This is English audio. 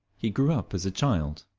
he grew up as a child,